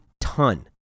ton